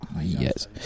Yes